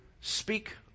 speak